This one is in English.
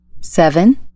Seven